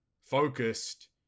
focused